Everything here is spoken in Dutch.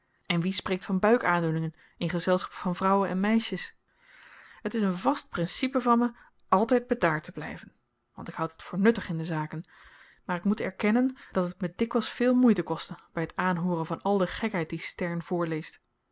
en wie spreekt van buikaandoeningen in gezelschap van vrouwen en meisjes het is een vast principe van me altyd bedaard te blyven want ik houd dit voor nuttig in de zaken maar ik moet erkennen dat het me dikwyls veel moeite kostte by t aanhooren van al de gekheid die stern voorleest